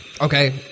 Okay